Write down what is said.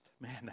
man